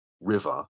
river